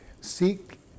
Seek